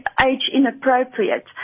age-inappropriate